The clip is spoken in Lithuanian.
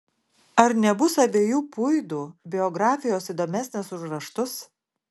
ar nebus abiejų puidų biografijos įdomesnės už raštus